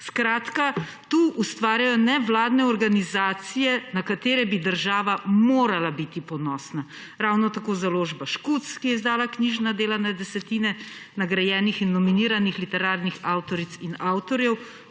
Skratka, tu ustvarjajo nevladne organizacije, na katere bi država morala biti ponosna. Ravno tako založba Škuc ki je izdala knjižna dela na desetine nagrajenih in nominiranih literarnih avtoric in avtorjev,